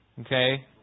Okay